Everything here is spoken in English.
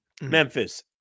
Memphis